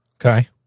Okay